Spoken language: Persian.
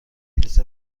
بلیط